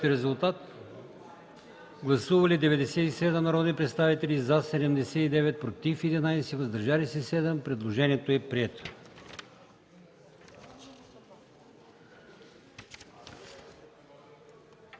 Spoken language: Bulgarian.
гласувайте. Гласували 97 народни представители: за 79, против 11, въздържали се 7. Предложението е прието.